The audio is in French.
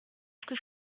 que